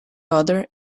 other